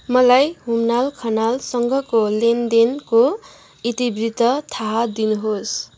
मलाई हुमलाल खनालसँगको लेनदेनको इतिवृत्त थाहा दिनुहोस्